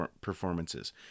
performances